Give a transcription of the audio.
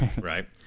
right